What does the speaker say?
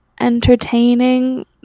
entertaining